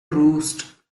roost